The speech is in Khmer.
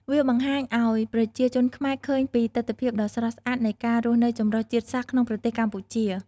វាបង្ហាញឱ្យប្រជាជនខ្មែរឃើញពី ទិដ្ឋភាពដ៏ស្រស់ស្អាតនៃការរស់នៅចម្រុះជាតិសាសន៍ក្នុងប្រទេសកម្ពុជា។